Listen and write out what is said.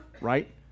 right